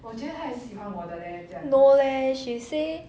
no leh she say